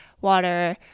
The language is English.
water